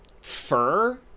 fur